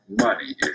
money